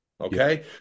Okay